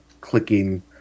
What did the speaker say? clicking